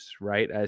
right